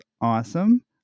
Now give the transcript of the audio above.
awesome